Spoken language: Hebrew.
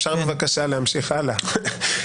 אפשר בבקשה להמשיך הלאה?